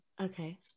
okay